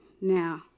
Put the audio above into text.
Now